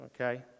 okay